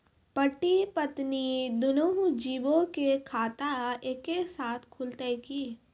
पति पत्नी दुनहु जीबो के खाता एक्के साथै खुलते की?